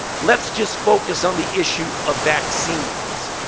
let's just focus on the issue of vaccines.